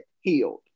healed